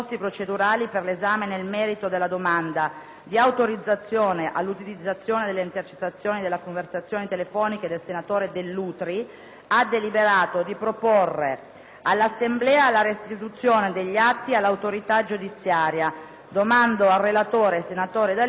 di autorizzazione all'utilizzazione delle intercettazioni delle conversazioni telefoniche del senatore Dell'Utri, ha deliberato di proporre all'Assemblea la restituzione degli atti all'autorità giudiziaria. Chiedo al relatore, senatore D'Alia, se intende intervenire.